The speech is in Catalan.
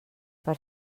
per